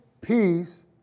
peace